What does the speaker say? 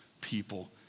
people